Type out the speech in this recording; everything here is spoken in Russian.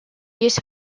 есть